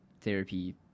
therapy